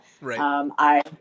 Right